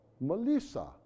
Melissa